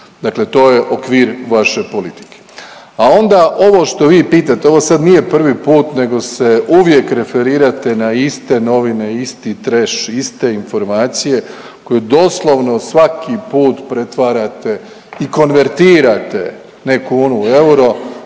Dakle, to je okvir vaše politike a onda ovo što vi pitate ovo sad nije prvi put nego se uvijek referirate na iste novine, isti tresh, iste informacije koje doslovno svaki put pretvarate i konvertirate ne kunu u euro